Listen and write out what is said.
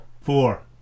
four